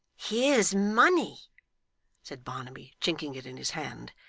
here's money said barnaby, chinking it in his hand,